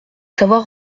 savoir